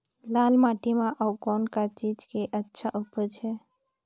लाल माटी म अउ कौन का चीज के अच्छा उपज है?